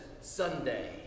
Sunday